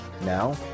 Now